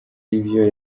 ivyo